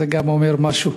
זה גם אומר משהו.